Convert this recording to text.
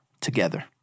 together